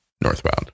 northbound